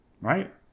right